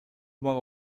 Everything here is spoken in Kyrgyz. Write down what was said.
мага